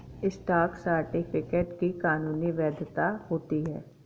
stock certificate की कानूनी वैधता होती है